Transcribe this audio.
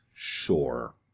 Sure